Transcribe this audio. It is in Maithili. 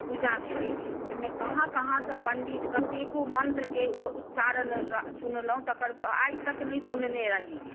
पूजा भेलै ओहिमे कहाँ कहाँसँ पण्डित कतेको मन्त्रके उच्चारण सुनलहुँ तकर आइ तक नहि सुनने रही